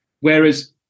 whereas